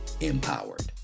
empowered